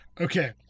Okay